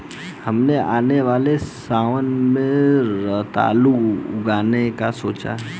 हमने आने वाले सावन में रतालू उगाने का सोचा है